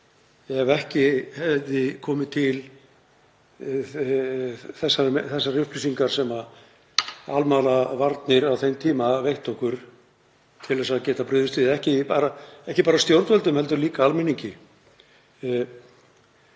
ef ekki hefðu komið til þessar upplýsingar sem almannavarnir á þeim tíma veittu okkur til að geta brugðist við, ekki bara stjórnvöldum heldur líka almenningi.